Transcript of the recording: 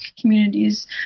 communities